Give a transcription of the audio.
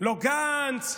לא גנץ,